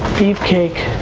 beefcake.